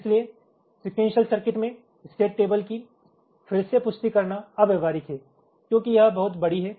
इसलिए sequential circuit के state table की फिर से पुष्टि करना अव्यवहारिक हैं क्योंकि यह बहुत बड़ी है